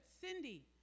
cindy